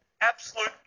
absolute